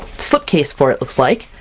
slipcase for it looks like,